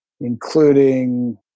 including